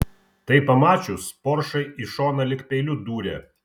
tai pamačius poršai į šoną lyg peiliu dūrė